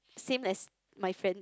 same as my friend